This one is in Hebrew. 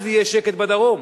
אז יהיה שקט בדרום.